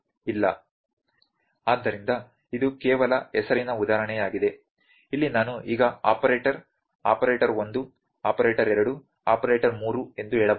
ಆದ್ದರಿಂದ ಇದು ಕೇವಲ ಹೆಸರಿನ ಉದಾಹರಣೆಯಾಗಿದೆ ಇಲ್ಲಿ ನಾನು ಈಗ ಆಪರೇಟರ್ ಆಪರೇಟರ್ 1 ಆಪರೇಟರ್ 2 ಆಪರೇಟರ್ 3 ಎಂದು ಹೇಳಬಹುದು